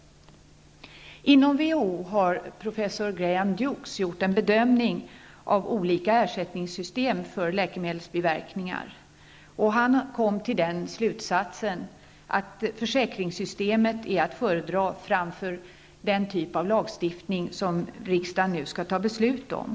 Inom WHO har professor Graham Dukes gjort en bedömning av olika ersättningssystem för läkemedelsbiverkningar. Han kom till den slutsatsen att försäkringssystemet är att föredra framför den typ av lagstiftning som riksdagen nu skall fatta beslut om.